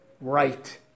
Right